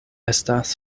estas